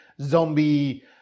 zombie